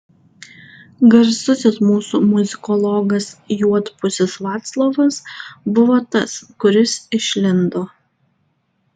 garsusis mūsų muzikologas juodpusis vaclovas buvo tas kuris išlindo